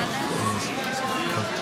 --- אדם חסך כל החיים ושילם ביטוח לאומי.